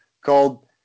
called